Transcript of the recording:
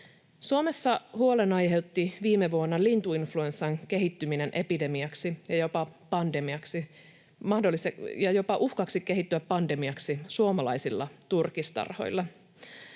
Suomessa huolen aiheutti viime vuonna lintuinfluenssan kehittyminen epidemiaksi ja jopa uhka kehittyä pandemiaksi suomalaisilla turkistarhoilla.